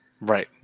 right